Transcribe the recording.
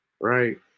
right